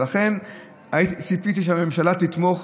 ולכן ציפיתי שהממשלה תתמוך,